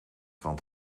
want